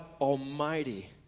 Almighty